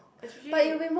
especially